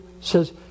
says